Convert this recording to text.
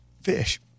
fish